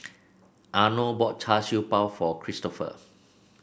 Arno bought Char Siew Bao for Kristoffer